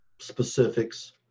specifics